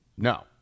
No